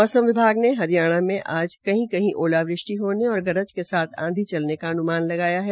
मौसम विभाग ने हरियाणा में कही ओलावृष्टि होने और गरज के साथ आंधी चलने का अनुमान लगाया है